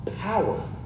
power